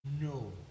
No